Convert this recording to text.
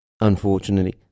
Unfortunately